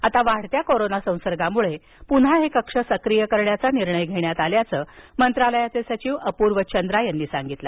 आता वाढत्या कोरोना संसर्गामुळे पुन्हा हे कक्ष सक्रिय करण्याचा निर्णय घेण्यात आल्याचं मंत्रालयाचे सचिव अपूर्व चंद्रा यांनी सांगितलं